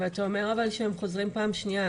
אבל אתה אומר שהם חוזרים פעם שנייה,